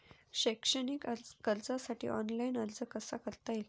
शैक्षणिक कर्जासाठी ऑनलाईन अर्ज कसा करता येईल?